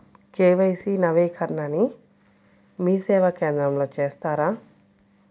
KYC నవీకరణని మీసేవా కేంద్రం లో చేస్తారా?